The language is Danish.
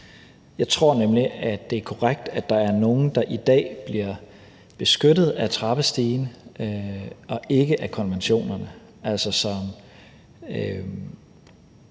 jeg tror nemlig, at det er korrekt, at der er nogle, der i dag bliver beskyttet af trappestigen og ikke af konventionerne, altså nogle,